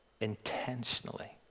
intentionally